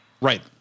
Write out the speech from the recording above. Right